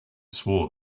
swore